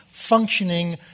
...functioning